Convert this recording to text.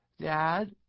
Dad